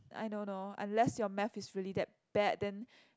I don't know unless your math is really that bad then